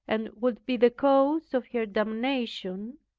and would be the cause of her damnation,